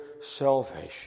salvation